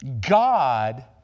God